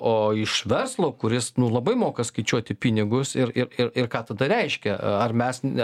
o iš verslo kuris labai moka skaičiuoti pinigus ir ir ir ir ką tada reiškia ar mes ne